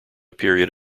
period